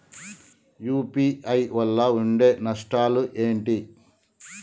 UPI వల్ల ఉండే నష్టాలు ఏంటి??